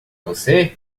você